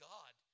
God